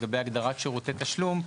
לגבי הגדרת שירותי תשלום,